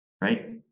right